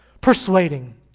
Persuading